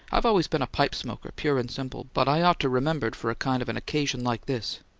i've always been a pipe-smoker, pure and simple, but i ought to remembered for kind of an occasion like this.